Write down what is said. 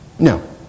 No